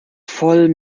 voll